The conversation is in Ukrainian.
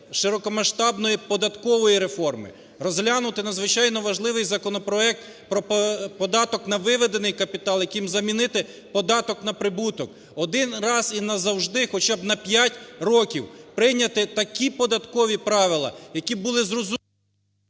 широкомасштабної податкової реформи, розглянути надзвичайно важливий законопроекту про податок на виведений капітал, яким замінити податок на прибуток. Один раз і назавжди хоча б на п'ять років прийняти такі податкові правила, які б були зрозумілі...